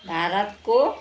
भारतको